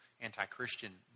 anti-Christian